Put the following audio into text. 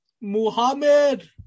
Muhammad